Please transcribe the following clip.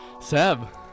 Seb